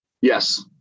Yes